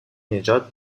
نجات